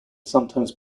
sometimes